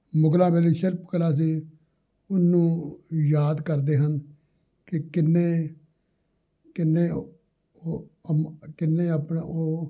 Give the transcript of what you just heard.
ਮੁਗਲਾ ਵੇਲੇ ਸ਼ਿਲਪ ਕਲਾ ਸੀ ਉਹਨੂੰ ਯਾਦ ਕਰਦੇ ਹਨ ਕਿ ਕਿੰਨੇ ਕਿੰਨੇ ਕਿੰਨੇ ਆਪਣਾ ਉਹ